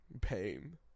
pain